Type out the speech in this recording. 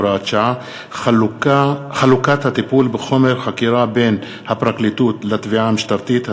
הוראת שעה) (חלוקת הטיפול בחומר חקירה בין הפרקליטות לתביעה המשטרתית),